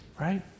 right